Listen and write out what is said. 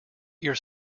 you’re